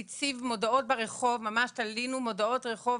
הוא הציב מודעות ברחוב ממש תלינו מודעות ברחוב,